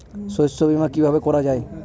শস্য বীমা কিভাবে করা যায়?